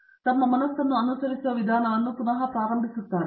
ಪ್ರತಾಪ್ ಹರಿಡೋಸ್ ತಮ್ಮ ಮನಸ್ಸನ್ನು ಅನುಸರಿಸುವ ವಿಧಾನವನ್ನು ಪುನಃ ಪ್ರಾರಂಭಿಸುತ್ತಿದ್ದಾರೆ